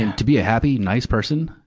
to be a happy, nice person,